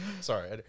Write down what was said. Sorry